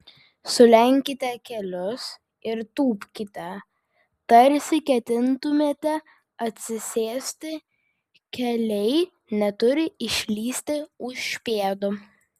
sulenkite kelius ir tūpkite tarsi ketintumėte atsisėsti keliai neturi išlįsti už pėdų